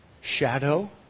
shadow